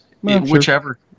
Whichever